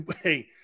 Hey